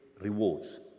rewards